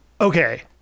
Okay